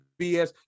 BS